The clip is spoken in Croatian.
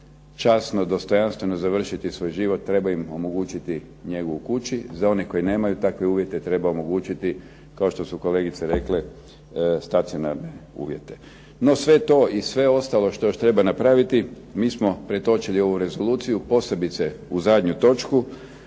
časno, dostojanstveno završiti svoj život treba im omogućiti njegu u kući, za one koji nemaju takve uvjete treba omogućiti kao što su kolegice rekle, stacionarne uvjete. No sve to i sve ostalo što još treba napraviti mi smo pretočili u ovu rezoluciju, posebice u zadnju točku